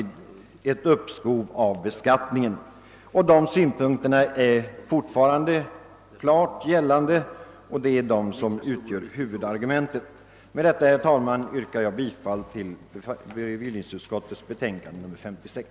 Dessa synpunkter gäller uppenbart fortfarande, och det är de som utgör utskottsmajoritetens huvudargument. Med dessa ord, herr talman, yrkar jag bifall till vad bevillningsutskottet hemställt i sitt betänkande nr 56.